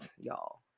y'all